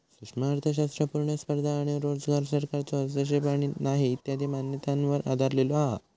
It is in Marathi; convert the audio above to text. सूक्ष्म अर्थशास्त्र पुर्ण स्पर्धा आणो रोजगार, सरकारचो हस्तक्षेप नाही इत्यादी मान्यतांवर आधरलेलो हा